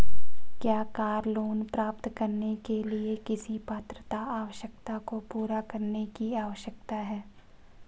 क्या car loan प्राप्त करने के लिए किसी पात्रता आवश्यकता को पूरा करने की आवश्यकता है?